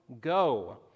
go